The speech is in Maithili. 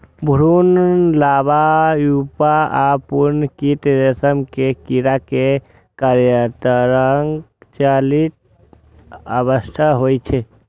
भ्रूण, लार्वा, प्यूपा आ पूर्ण कीट रेशम के कीड़ा के कायांतरणक चारि अवस्था होइ छै